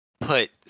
put